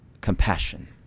compassion